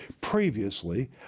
Previously